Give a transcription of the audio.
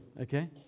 okay